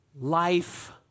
life